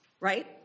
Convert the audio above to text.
right